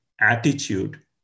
attitude